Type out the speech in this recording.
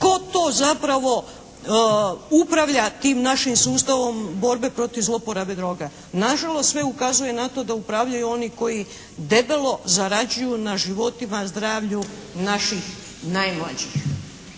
tko to zapravo upravlja tim našim sustavom borbe protiv zlouporabe droge? Nažalost sve ukazuje na to da upravljaju oni koji debelo zarađuju na životima, zdravlju naših najmlađih.